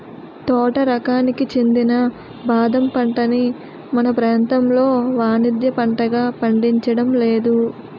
తోట రకానికి చెందిన బాదం పంటని మన ప్రాంతంలో వానిజ్య పంటగా పండించడం లేదు